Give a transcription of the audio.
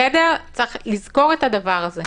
צריך לזכור את הדבר הזה.